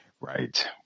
Right